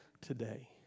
today